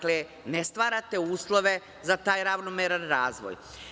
Dakle, ne stvarate uslove za taj ravnomeran razvoj.